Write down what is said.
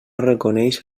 reconeix